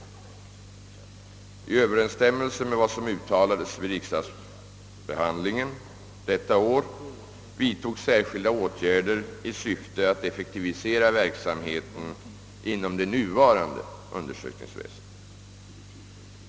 I överensstämmelse med vad som uttalades vid riksdagsbehandlingen detta år vidtogs särskilda åtgärder i syfte att effektivisera verksamheten inom det nuvarande undersökningsväsendet.